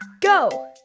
Go